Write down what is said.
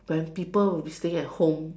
when people will be staying at home